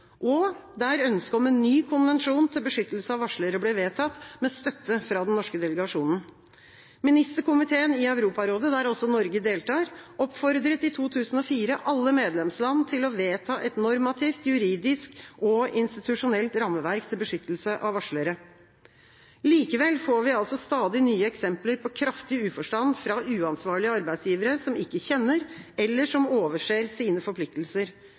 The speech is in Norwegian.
menneskerettighetsperspektiv. Da ble ønsket om en ny konvensjon til beskyttelse av varslere vedtatt, med støtte fra den norske delegasjonen. Ministerkomiteen i Europarådet, der også Norge deltar, oppfordret i 2004 alle medlemsland til å vedta et normativt, juridisk og institusjonelt rammeverk til beskyttelse av varslere. Likevel får vi altså stadig nye eksempler på kraftig uforstand fra uansvarlige arbeidsgivere som ikke kjenner, eller som overser, sine forpliktelser.